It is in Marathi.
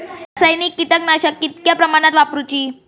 रासायनिक कीटकनाशका कितक्या प्रमाणात वापरूची?